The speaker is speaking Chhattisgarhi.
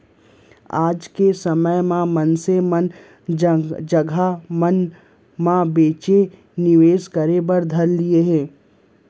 आज के समे म मनसे मन जघा मन म बनेच निवेस करे बर धर लिये हें